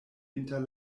inter